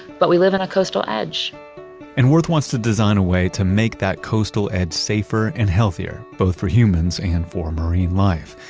but we live in a coastal edge and wirth wants to design a way to make that coastal edge safer and healthier, both for humans and for marine life.